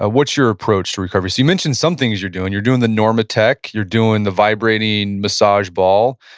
ah what's your approach to recovery? so you mentioned some things you're doing. you're doing the normatec, you're doing the vibrating massage ball,